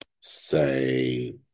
say